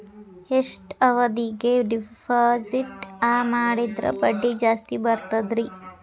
ಎಷ್ಟು ಅವಧಿಗೆ ಡಿಪಾಜಿಟ್ ಮಾಡಿದ್ರ ಬಡ್ಡಿ ಜಾಸ್ತಿ ಬರ್ತದ್ರಿ?